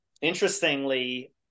interestingly